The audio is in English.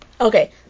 Okay